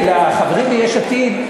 לחברים מיש עתיד,